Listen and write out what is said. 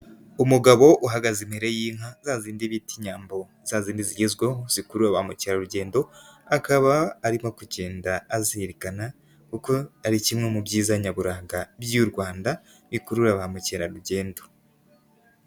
Umugabo uhagaze imbere y'inka za zindi bita inyambo, za zindi zigezweho, zikurura ba mukerarugendo, akaba ari nko kugenda azirikana kuko ari kimwe mu byiza nyaburanga by'u Rwanda, Bikurura ba mukerarugendo.